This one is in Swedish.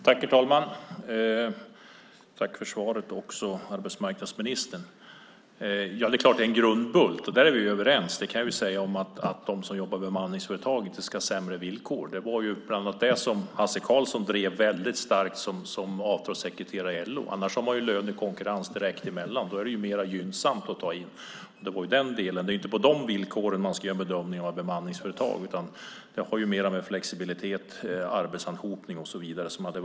Herr talman! Jag tackar arbetsmarknadsministern för svaret. Vi är överens om att det är en grundbult att de som jobbar i bemanningsföretagen inte ska ha sämre villkor. Det var bland annat det som Hasse Karlsson drev hårt som avtalssekreterare i LO. Annars har man lönekonkurrens direkt emellan; då är det mer gynnsamt att ta in personal via bemanningsföretag. Det är inte på de villkoren man ska göra bedömningen att ha bemanningsföretag, utan det har mer med flexibilitet, arbetsanhopning och så vidare att göra.